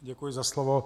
Děkuji za slovo.